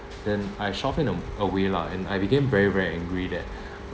then I shove him a~ away lah and I became very very angry that